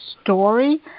story